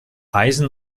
eisen